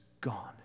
gone